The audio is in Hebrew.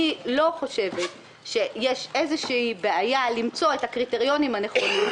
אני לא חושבת שיש איזו בעיה למצוא את הקריטריונים הנכונים.